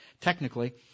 technically